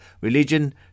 religion